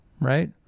right